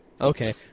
Okay